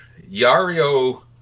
Yario